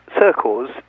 circles